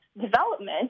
development